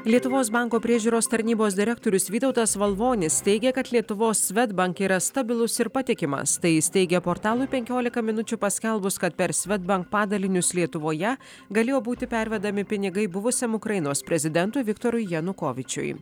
lietuvos banko priežiūros tarnybos direktorius vytautas valvonis teigia kad lietuvos svedbank yra stabilus ir patikimas tai jis teigė portalui penkiolika minučių paskelbus kad per svedbank padalinius lietuvoje galėjo būti pervedami pinigai buvusiam ukrainos prezidentui viktorui janukovyčiui